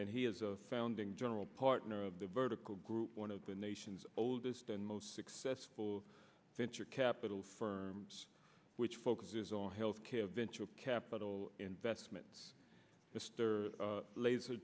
and he is a founding general partner of the vertical group one of the nation's oldest and most successful venture capital firms which focuses on health care venture capital investment mr